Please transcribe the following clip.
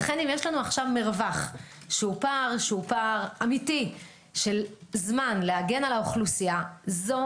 לכן אם יש לנו מרווח שהוא פער אמיתי של זמן להגן על האוכלוסייה זו